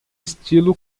estilo